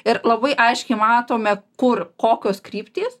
ir labai aiškiai matome kur kokios kryptys